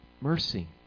Mercy